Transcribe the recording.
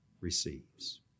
receives